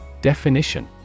Definition